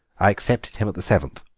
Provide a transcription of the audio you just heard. i accepted him at the seventh.